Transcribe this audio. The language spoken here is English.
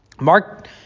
Mark